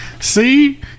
see